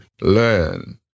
learn